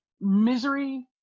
misery